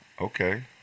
Okay